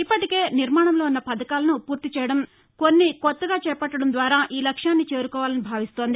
ఇప్పటికే నిర్మాణంలో ఉన్న పథకాలను పూర్తి చేయడం కొన్ని కొత్తగా చేపట్టడం ద్వారా ఈ లక్ష్యాన్ని చేరుకోవాలని భావిస్తోంది